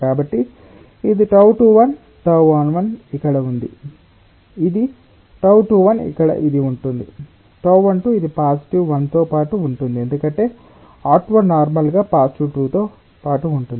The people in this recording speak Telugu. కాబట్టి ఇది τ21τ11 ఇక్కడ ఇదిఇది τ21 ఇక్కడ ఇది ఉంటుంది τ12 ఇది పాజిటివ్ 1 తో పాటు ఉంటుంది ఎందుకంటే ఔట్వర్డ్ నార్మల్ గా పాజిటివ్ 2 తో పాటు ఉంటుంది